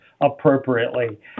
appropriately